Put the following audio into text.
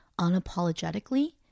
unapologetically